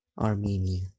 Armenia